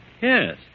Yes